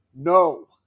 No